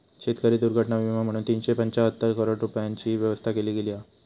शेतकरी दुर्घटना विमा म्हणून तीनशे पंचाहत्तर करोड रूपयांची व्यवस्था केली गेली हा